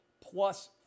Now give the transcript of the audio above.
plus